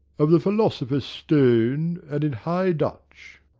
of the philosopher's stone, and in high dutch.